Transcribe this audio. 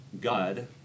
God